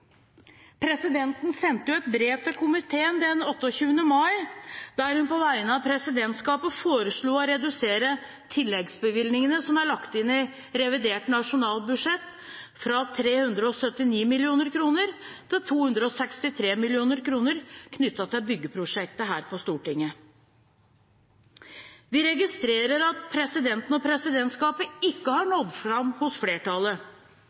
Presidenten sendte et brev til komiteen den 28. mai, der hun på vegne av presidentskapet foreslo å redusere tilleggsbevilgningene som er lagt inn i revidert nasjonalbudsjett, fra 379 mill. kr til 263 mill. kr knyttet til byggeprosjektet her på Stortinget. Vi registrerer at presidenten og presidentskapet ikke har nådd fram hos flertallet.